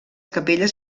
capelles